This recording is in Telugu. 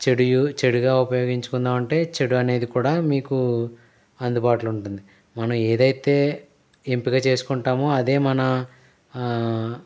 చెడుయు చెడుగా ఉపయోగించుకుందాం అంటే చెడు అనేది కూడా మీకు అందుబాటులో ఉంటుంది మనం ఏదైతే ఎంపిక చేసుకుంటాము అదే మన